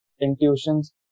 intuitions